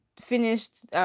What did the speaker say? finished